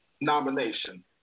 nomination